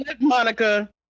Monica